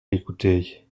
l’écouter